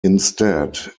instead